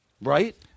right